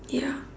ya